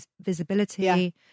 visibility